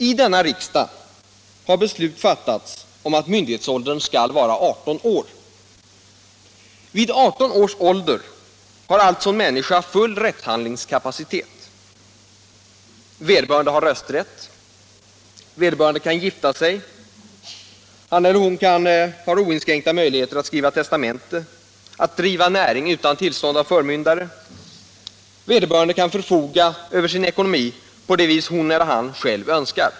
I denna riksdag har beslut fattats om att myndighetsåldern skall vara 18 år. Vid 18 års ålder har alltså en människa full rättshandlingskapacitet. Vederbörande har rösträtt, kan gifta sig, har oinskränkt möjlighet att göra testamente, kan driva näring utan tillstånd av förmyndare, kan förfoga över sin ekonomi på det vis hon eller han själv önskar.